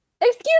Excuse